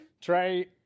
Trey